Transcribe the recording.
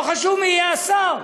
לא חשוב מי יהיה השר.